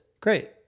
Great